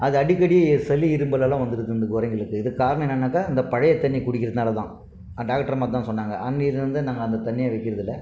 அது அடிக்கடி சளி இருமல்லெல்லாம் வந்துடுது இந்த குரங்குல இதுக்கு காரணம் என்னன்னாக்கா அந்த பழைய தண்ணி குடிக்கிறதுனாலதான் டாக்டர் அம்மா தான் சொன்னாங்க அன்னைலேருந்து நாங்கள் அந்த தண்ணியை வைக்கிறதில்லை